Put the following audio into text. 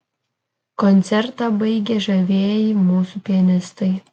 koncertą baigė žavieji mūsų pianistai